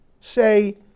say